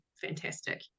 fantastic